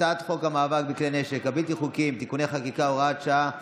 הצעת חוק המאבק בכלי הנשק הבלתי-חוקיים (תיקוני חקיקה) (הוראת שעה),